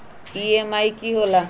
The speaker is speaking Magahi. ई.एम.आई की होला?